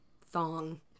Thong